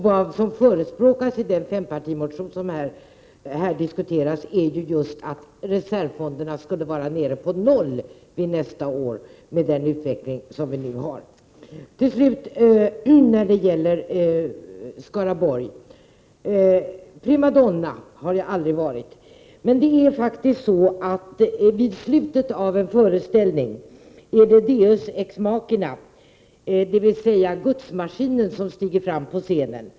Vad som förespråkas i den fempartimotion som här diskuteras är ju just att reservfonden nästa år skulle vara nere på noll med den utveckling vi nu har. När det till sist gäller Skaraborg vill jag säga att primadonna har jag aldrig varit! Det händer att man vid slutet av en föreställning låter en deus ex machina ingripa, dvs. att ”gudsmaskinen” stiger fram på scenen.